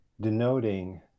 denoting